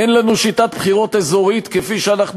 אין לנו שיטת בחירות אזורית כפי שאנחנו